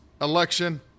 election